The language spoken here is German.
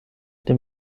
dem